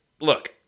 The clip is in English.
look